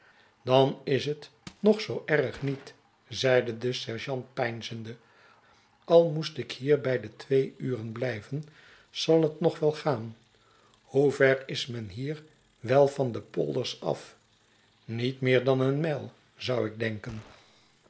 dan is het nog zoo erg niet zeide de sergeant peinzende al moest ik hier bij de twee uren blijven zal het nog wel gaan hoever is men hier wel van de polders af niet meer dan eene mijl zou ik denken